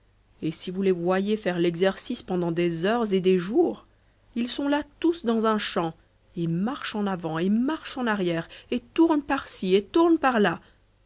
et si vous les voyiez faire l'exercice pendant des heures et des jours ils sont là tous dans un champ et marche en avant et marche en arrière et tourne par-ci et tourne par-là